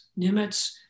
Nimitz